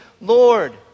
Lord